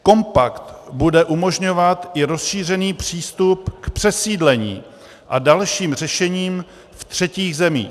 Kompakt bude umožňovat i rozšířený přístup k přesídlení a dalším řešením v třetích zemích.